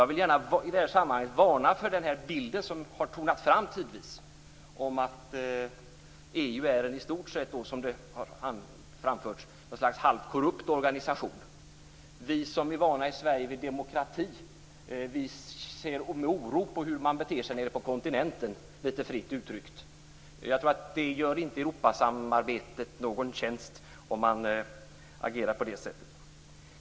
Jag vill gärna i det här sammanhanget varna för den bild som tidvis har tonat fram av att EU i stort sett är en sorts halvkorrupt organisation. Vi som i Sverige är vana vid demokrati ser med oro på hur man beter sig nere på kontinenten, lite fritt uttryckt. Jag tror att det inte gör Europasamarbetet någon tjänst om man agerar på det sättet.